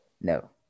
No